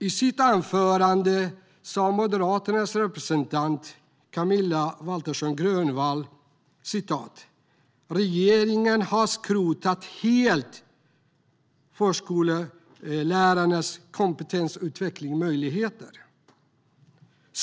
I sitt anförande sa Moderaternas representant Camilla Waltersson Grönvall att regeringen helt har skrotat förskollärarnas kompetensutvecklingsmöjligheter.